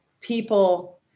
people